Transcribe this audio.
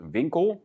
winkel